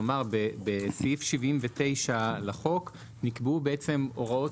כלומר בסעיף 79 לחוק נקבעו הוראות